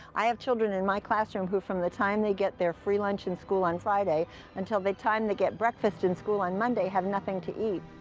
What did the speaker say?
i have children in my classroom, who from the time they get their free lunch in school on friday until they time to get breakfast in school on monday have nothing to eat.